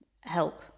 help